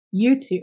YouTube